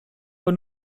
aber